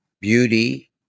beauty